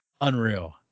unreal